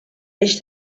eix